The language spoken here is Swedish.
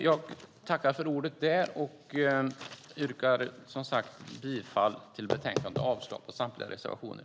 Jag tackar för ordet och yrkar bifall till förslaget i betänkandet och avslag på samtliga reservationer.